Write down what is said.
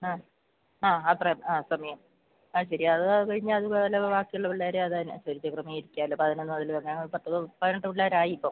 ആ ആ അത്രയും ആ സമയം അത് ശരിയാണ് അത് കഴിഞ്ഞാൽ അതുപോലെ ബാക്കി ഉള്ള പിള്ളേരെ അത് അനുസരിച്ച് ക്രമീകരിക്കാമല്ലോ പതിനൊന്ന് മുതൽ പറഞ്ഞാൽ പത്ത് പതിനെട്ട് പിള്ളേരായി ഇപ്പം